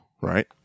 right